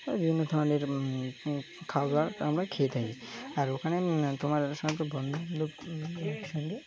বিভিন্ন ধরনের খাওয়াওয়া আমরা খেয়ে থাকি আর ওখানে তোমার সাথে বন্ধুদের সঙ্গে